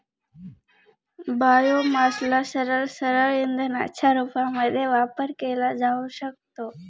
बायोमासला सरळसरळ इंधनाच्या रूपामध्ये वापर केला जाऊ शकतो